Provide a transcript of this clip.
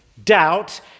Doubt